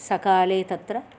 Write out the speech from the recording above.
सकाले तत्र